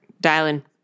dialing